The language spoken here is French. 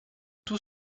tout